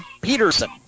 Peterson